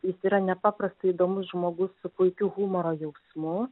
jis yra nepaprastai įdomus žmogus su puikiu humoro jausmu